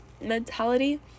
mentality